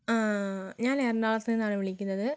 ആ ഞാൻ എറണാകുളത്തുനിന്നാണ് വിളിക്കുന്നത്